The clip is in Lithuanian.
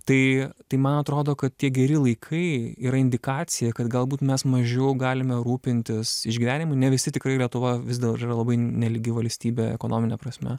tai tai man atrodo kad tie geri laikai yra indikacija kad galbūt mes mažiau galime rūpintis išgyvenimu ne visi tikrai lietuva vis dar yra labai nelygi valstybė ekonomine prasme